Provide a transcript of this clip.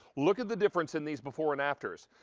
look at the difference in these before and afters.